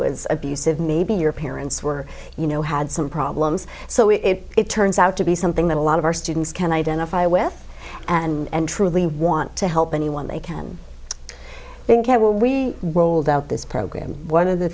was abusive maybe your parents were you know had some problems so if it turns out to be something that a lot of our students can identify with and truly want to help anyone they can think how well we rolled out this program one of the